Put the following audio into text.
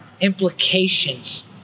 implications